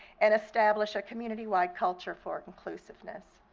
and establish a community-wide culture for inclusiveness.